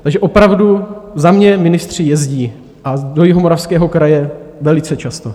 Takže opravdu za mě ministři jezdí, a do Jihomoravského kraje velice často.